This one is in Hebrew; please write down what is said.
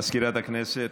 מזכירת הכנסת,